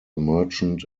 merchant